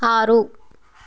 ఆరు